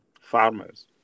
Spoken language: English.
farmers